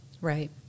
Right